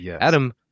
Adam